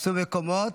תפסו מקומות.